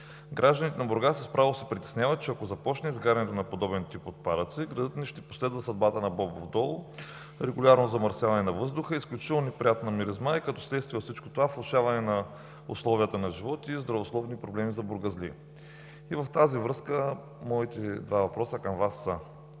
Гражданите на Бургас с право се притесняват, че ако започне изгарянето на подобен тип отпадъци, градът ни ще последва съдбата на Бобов дол – регулярно замърсяване на въздуха, изключително неприятна миризма и като следствие от всичко това влошаване на условията на живот и здравословни проблеми за бургазлии. В тази връзка моите два въпроса към Вас са: